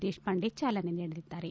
ದೇಶಪಾಂಡೆ ಚಾಲನೆ ನೀಡಲಿದ್ದಾರೆ